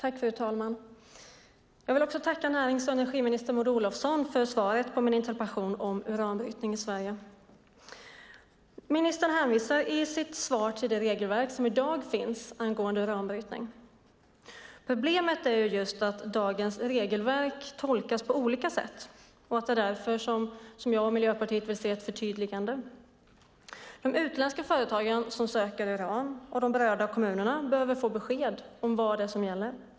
Fru talman! Jag tackar närings och energiminister Maud Olofsson för svaret på min interpellation om uranbrytning i Sverige. Ministern hänvisar i sitt svar till det regelverk som i dag finns för uranbrytning. Problemet är att dagens regelverk tolkas på olika sätt. Det är därför jag och Miljöpartiet vill se ett förtydligande. De utländska företag som söker uran och berörda kommuner behöver få besked om vad det är som gäller.